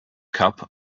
cup